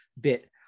bit